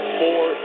four